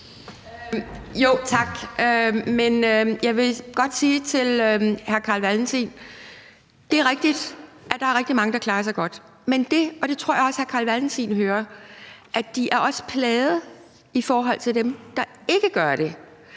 Tak. Jeg vil godt sige til hr. Carl Valentin: Det er rigtigt, at der er rigtig mange, der klarer sig godt. Men, og det tror jeg også hr. Carl Valentin hører, de er også plaget i forhold til dem, der ikke gør det,